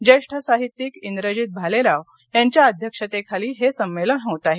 ज्येष्ठ साहित्यिक इंद्रजित भालेराव यांच्या अध्यक्षतेखाली हे सम्मेलन होत आहे